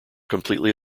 completely